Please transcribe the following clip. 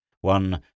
One